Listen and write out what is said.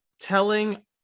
telling